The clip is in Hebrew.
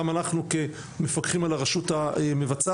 גם אנחנו כמפקחים על הרשות המבצעת,